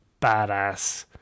badass